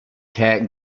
cat